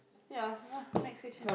yeah [huh] next question